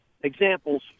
examples